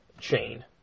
chain